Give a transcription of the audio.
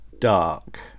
dark